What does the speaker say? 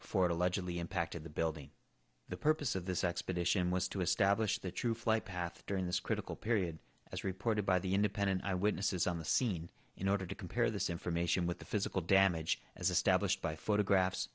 for allegedly impacted the building the purpose of this expedition was to establish the true flight path during this critical period as reported by the independent eyewitnesses on the scene in order to compare this information with the physical damage as established by photographs